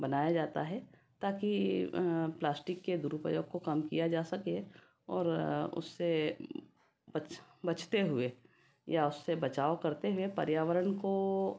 बनाया जाता है ताकि प्लास्टिक के दुरुपयोग को कम किया जा सके और उससे बच बचते हुए या उससे बचाव करते हुए पर्यावरण को